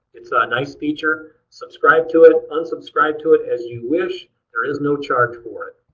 it's a nice feature. subscribe to it, unsubscribe to it as you wish. there is no charge for it.